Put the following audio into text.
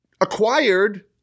acquired